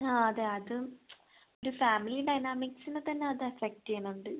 ആ അതെ അത് ഒരു ഫാമിലി ഡൈനാമിക്സിനെ തന്നെ അത് എഫക്ട് ചെയ്യുന്നുണ്ട്